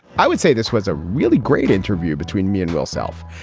i would say this was a really great interview between me and bill self.